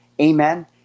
Amen